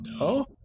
No